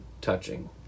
touching